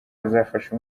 azafasha